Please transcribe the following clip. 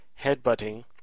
headbutting